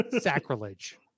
Sacrilege